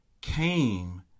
came